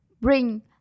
bring